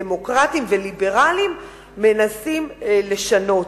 דמוקרטים וליברלים מנסים לשנות.